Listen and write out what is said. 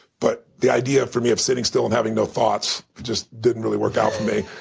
but the idea for me of sitting still and having no thoughts just didn't really work out for me.